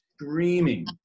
screaming